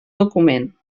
document